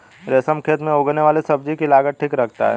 रमेश खेत में उगने वाली सब्जी की लागत ठीक रखता है